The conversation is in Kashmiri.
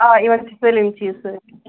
آ یِمن چھِ سٲلِم چیٖز سۭتۍ